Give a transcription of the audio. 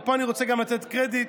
ופה אני רוצה גם לתת קרדיט